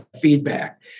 feedback